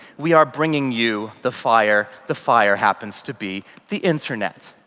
we are bringing you the fire, the fire happens to be the internet.